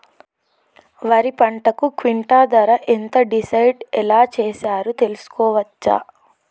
వరి పంటకు క్వింటా ధర ఎంత డిసైడ్ ఎలా చేశారు తెలుసుకోవచ్చా?